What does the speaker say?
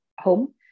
home